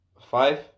five